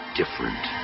different